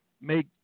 make